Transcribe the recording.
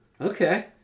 Okay